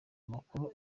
amakuru